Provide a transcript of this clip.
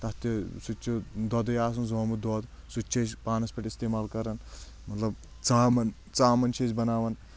تَتھ چھُ سُہ تہِ چھُ دۄدے آسان زومُت دۄد سُہ تہِ چھِ أسۍ پانس پؠٹھ استعمال کران مطلب ژامَن ژامَن چھِ أسۍ بناوان